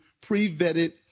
pre-vetted